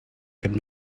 could